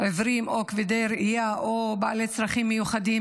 עיוורים או כבדי ראייה או בעלי צרכים מיוחדים,